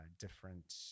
different